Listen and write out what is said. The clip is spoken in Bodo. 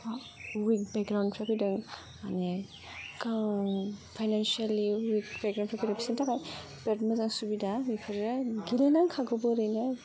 उइक बेकग्राउन्डनिफ्राय फैदों माने फाइनान्सियेलि उइक बेकग्राउन्डनिफ्राय फैदों बिसोरनि थाखाय बिराद मोजां सुबिदा बेफोरो गेलेनांखागौबो ओरैनो